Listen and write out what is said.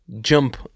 jump